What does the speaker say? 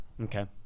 Okay